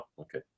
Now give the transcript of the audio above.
okay